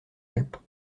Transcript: alpes